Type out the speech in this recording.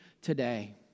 today